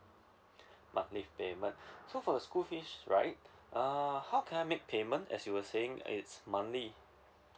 monthly payment so for the school fees right uh how can I make payment as you were saying it's monthly